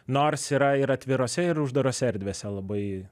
nors yra ir atvirose ir uždarose erdvėse labai